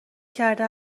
کرده